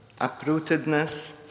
uprootedness